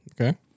Okay